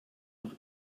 noch